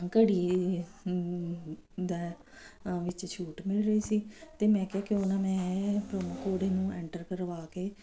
ਘੜੀ ਦੇ ਵਿੱਚ ਛੂਟ ਮਿਲ ਰਹੀ ਸੀ ਅਤੇ ਮੈਂ ਕਿਹਾ ਕਿਉਂ ਨਾ ਮੈਂ ਪ੍ਰੋਮੋ ਕੋਡ ਨੂੰ ਐਂਟਰ ਕਰਵਾ ਕੇ